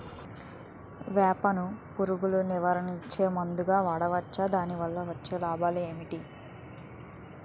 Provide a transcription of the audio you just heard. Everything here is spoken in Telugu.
వేప ను పురుగు నివారణ చేసే మందుగా వాడవచ్చా? దాని వల్ల వచ్చే లాభాలు ఏంటి?